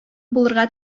булырга